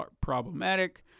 problematic